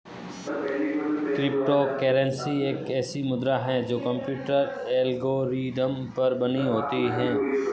crypto currency एक ऐसी मुद्रा है जो कंप्यूटर एल्गोरिदम पर बनी होती है